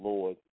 Lord